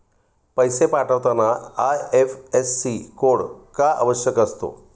पैसे पाठवताना IFSC code का आवश्यक असतो?